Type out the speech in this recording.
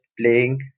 playing